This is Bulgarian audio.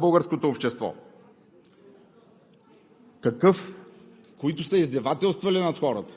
Хора, които са извършили огромен геноцид към българското общество, които са издевателствали над хората,